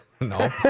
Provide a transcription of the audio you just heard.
No